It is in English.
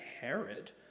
Herod